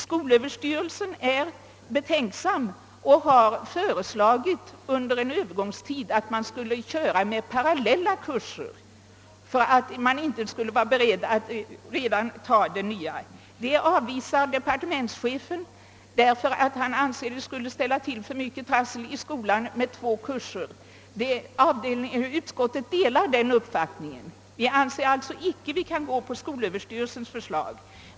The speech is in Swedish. Skolöverstyrelsen är betänksam och har föreslagit att man under en övergångstid skulle ha parallella kurser då man från början inte är beredd att använda den nya ordningen. Detta avvisar departementschefen eftersom han anser att det skulle ställa till för mycket trassel i skolan att ha två kurser. Utskottet delar den uppfattningen. Vi anser alltså inte att vi kan gå på skolöverstyrelsens förslag.